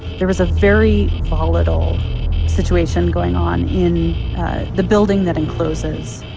there was a very volatile situation going on in the building that encloses